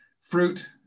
fruit